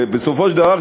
בסופו של דבר,